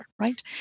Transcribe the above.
right